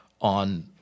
on